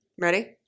Ready